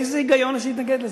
איזה היגיון יש להתנגד לזה?